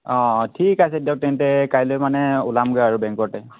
অঁ ঠিক আছে দিয়ক তেন্তে কাইলৈ মানে ওলামগৈ আৰু বেংকতে